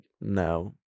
no